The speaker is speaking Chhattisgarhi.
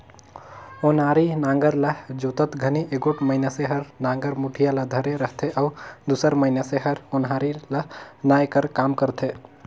ओनारी नांगर ल जोतत घनी एगोट मइनसे हर नागर मुठिया ल धरे रहथे अउ दूसर मइनसे हर ओन्हारी ल नाए कर काम करथे